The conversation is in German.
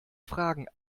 fragen